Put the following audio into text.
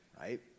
Right